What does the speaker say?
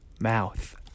mouth